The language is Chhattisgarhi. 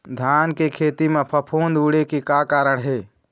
धान के खेती म फफूंद उड़े के का कारण हे?